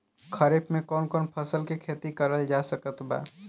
खरीफ मे कौन कौन फसल के खेती करल जा सकत बा?